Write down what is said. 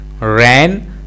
ran